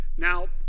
Now